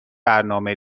برنامه